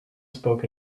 spoke